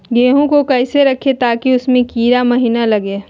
गेंहू को कैसे रखे ताकि उसमे कीड़ा महिना लगे?